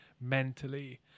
mentally